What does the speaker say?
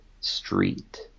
Street